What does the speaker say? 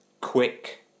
quick